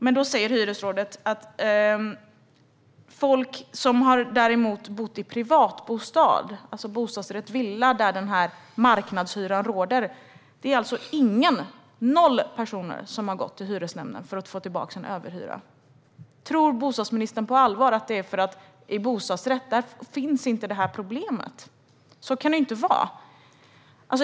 Men hyresrådet säger att av folk som har hyrt en privatbostad, bostadsrätt eller villa där marknadshyra råder, har noll personer gått till hyresnämnden för att få tillbaka en överhyra. Tror bostadsministern på allvar att problemet inte finns för bostadsrätt? Så kan det inte vara.